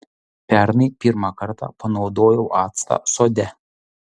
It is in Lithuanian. pernai pirmą kartą panaudojau actą sode